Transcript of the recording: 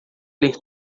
ler